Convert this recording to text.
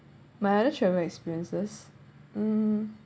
my other travel experiences mm